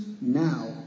now